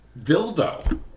dildo